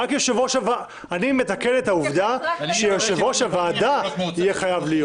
אני מתקן את העובדה שיושב-ראש הוועדה יהיה חייב להיות.